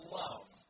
love